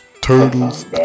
Turtles